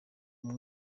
amwe